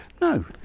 No